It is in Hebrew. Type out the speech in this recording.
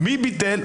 מי ביטל?